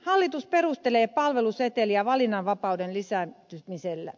hallitus perustelee palveluseteliä valinnanvapauden lisäämisellä